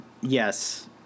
Yes